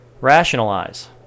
Rationalize